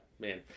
man